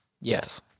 Yes